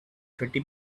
thirty